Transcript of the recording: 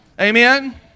Amen